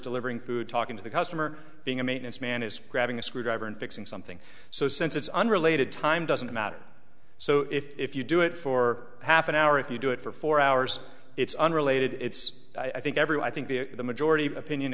delivering food talking to the customer being a maintenance man is grabbing a screwdriver and fixing something so since it's unrelated time doesn't matter so if you do it for half an hour if you do it for four hours it's unrelated it's i think everyone i think the majority opinion